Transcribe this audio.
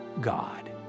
god